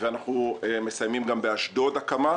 אתם גם לא מאפשרים לנסות לשקם את המציאות שבה אנחנו חיים.